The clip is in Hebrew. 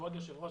כבוד היושב ראש,